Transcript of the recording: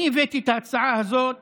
אני הבאתי את ההצעה הזאת